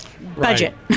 budget